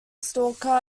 stalker